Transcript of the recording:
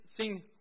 sing